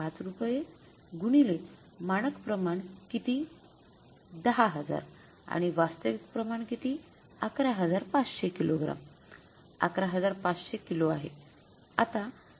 ५ रुपये गुणिले मानक प्रमाण किती १०००० आणि वास्तविक प्रमाण किती ११५०० किलो ग्राम ११५०० किलो आहे